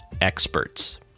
experts